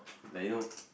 like you know